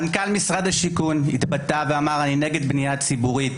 מנכ"ל משרד השיכון התבטא לפני שבועיים ואמר: אני נגד בנייה ציבורית.